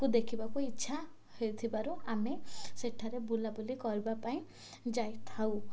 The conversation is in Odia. କୁ ଦେଖିବାକୁ ଇଚ୍ଛା ହେଇଥିବାରୁ ଆମେ ସେଠାରେ ବୁଲାବୁଲି କରିବା ପାଇଁ ଯାଇଥାଉ